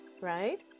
Right